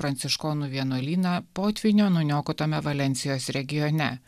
pranciškonų vienuolyną potvynio nuniokotame valensijos regione